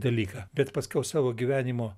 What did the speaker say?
dalyką bet paskiau savo gyvenimo